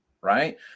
Right